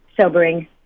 sobering